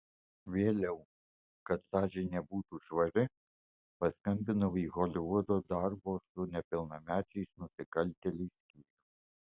vėliau kad sąžinė būtų švari paskambinau į holivudo darbo su nepilnamečiais nusikaltėliais skyrių